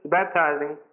baptizing